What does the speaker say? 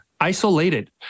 isolated